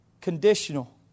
conditional